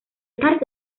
parte